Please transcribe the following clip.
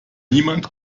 niemand